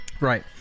Right